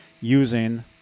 using